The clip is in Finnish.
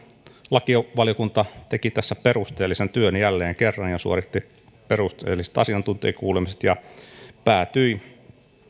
lakivaliokunta teki tässä perusteellisen työn jälleen kerran ja suoritti perusteelliset asiantuntijakuulemiset ja päätyi